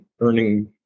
earning